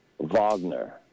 Wagner